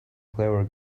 clever